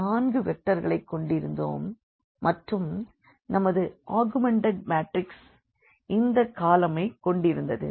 நான்கு வெக்டர்களைக் கொண்டிருந்தோம் மற்றும் நமது ஆகுமென்டட் மாட்ரிக்ஸ் இந்த காலமைக் கொண்டிருந்தது